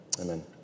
Amen